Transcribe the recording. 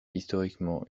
historiquement